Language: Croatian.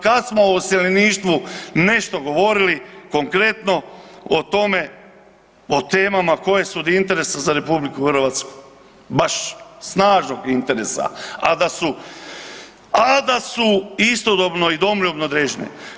Kad smo o iseljeništvu nešto govorili konkretno o tome, o temama koje su od interesa za RH, baš snažnog interesa, a da su, a da su istodobno i domoljubno određene.